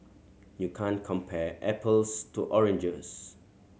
you can't compare apples to oranges